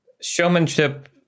showmanship